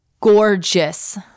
Gorgeous